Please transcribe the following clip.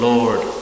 Lord